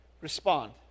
respond